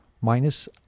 minus